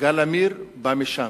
יגאל עמיר בא משם,